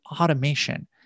automation